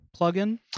plugin